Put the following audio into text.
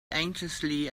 anxiously